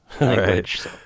language